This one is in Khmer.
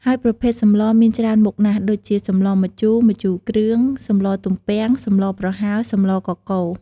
ហើយប្រភេទសម្លរមានច្រើនមុខណាស់ ដូចជា សម្លរម្ជូរ ម្ជូរគ្រឿង សម្លរទំពាំង សម្លរប្រហើរ សម្លរកកូរ។